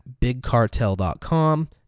bigcartel.com